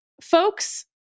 folks